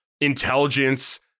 intelligence